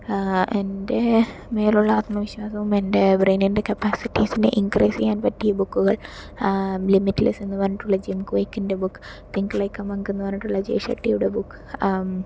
എന്റെമേലുളള ആത്മവിശ്വാസവും എന്റെ ബ്രയിനിന്റെ കപ്പാസിറ്റിസിനെ ഇന്ക്രീസ് ചെയ്യാൻ പറ്റിയ ബുക്കുകൾ ലിമിറ്റ്ലെസ് എന്നുപറഞ്ഞിട്ടുള്ള ജിംകോയ്ക്കിന്റെ book think like a monk എന്നുപറഞ്ഞിട്ടുള്ള ജെ ഷട്ടിയുടെ ബുക്ക്